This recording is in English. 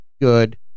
good